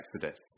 Exodus